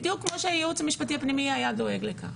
בדיוק כמו שהייעוץ המשפטי הפנימי היה דואג לכך.